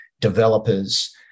developers